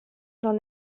noch